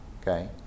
okay